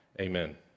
Amen